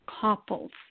couples